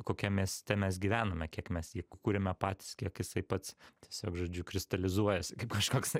kokiam mieste mes gyvename kiek mes jį k kuriame patys kiek jisai pats tiesiog žodžiu kristalizuojasi kaip kažkoksai